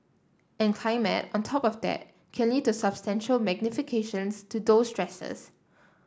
and climate on top of that can lead to substantial magnifications to those stresses